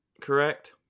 correct